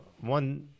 one